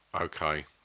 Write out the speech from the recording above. Okay